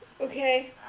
Okay